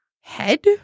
head